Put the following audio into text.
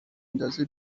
ندازه